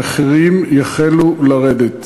המחירים יחלו לרדת,